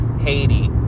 Haiti